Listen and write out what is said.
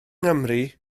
nghymru